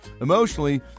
emotionally